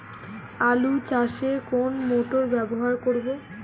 আলু চাষে কোন মোটর ব্যবহার করব?